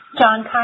John